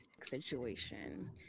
situation